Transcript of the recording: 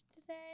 today